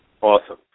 Awesome